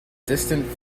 distant